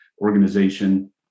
organization